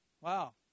Wow